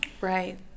Right